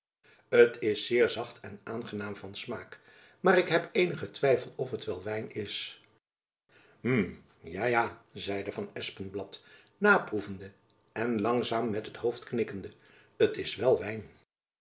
t is zeer zacht en aangenaam van smaak maar ik heb eenigen twijfel of het wel wijn is hm ja ja zeide van espenblad naproevende en langzaam met het hoofd knikkende t is wel wijn